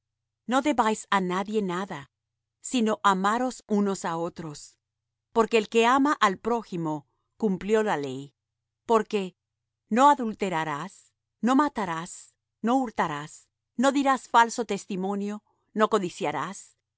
no debáis á nadie nada sino amaros unos á otros porque el que ama al prójimo cumplió la ley porque no adulterarás no matarás no hurtarás no dirás falso testimonio no codiciarás